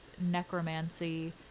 necromancy